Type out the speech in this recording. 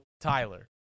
Tyler